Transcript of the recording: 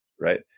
right